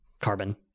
carbon